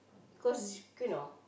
cause you know